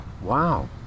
Wow